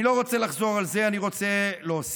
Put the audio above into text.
אני לא רוצה לחזור על זה, אני רוצה להוסיף.